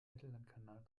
mittellandkanal